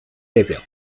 列表